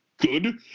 Good